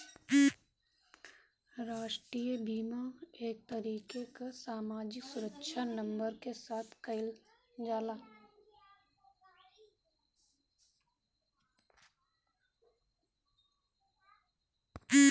राष्ट्रीय बीमा एक तरीके कअ सामाजिक सुरक्षा नंबर के साथ कइल जाला